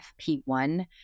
FP1